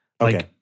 Okay